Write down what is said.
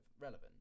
relevant